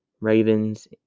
Ravens